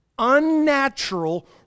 unnatural